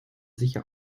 sicher